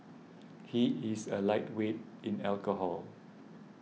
he is a lightweight in alcohol